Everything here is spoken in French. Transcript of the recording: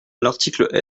l’article